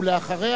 ואחריה,